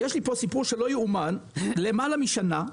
יש לי פה סיפור שלא יאומן: למעלה משנה,